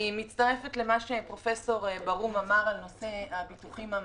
אני מצטרפת לדברי פרופ' ברהום בנושא הביטוחים המשלימים,